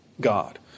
God